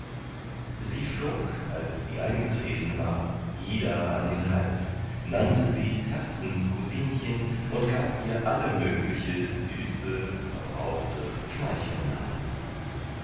sie flog als sie eingetreten war ida an den hals nannte sie herzenscousinchen und gab ihr alle mögliche süße verbrauchte schmeichelnamen